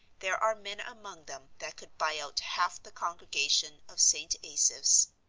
there are men among them that could buy out half the congregation of st. asaph's.